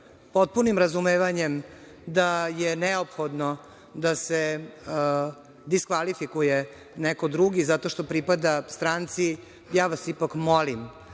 potpunim razumevanjem da je neophodno da se diskvalifikuje neko drugi zato što pripada stranci, ja vas ipak molim